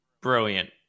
Brilliant